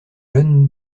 john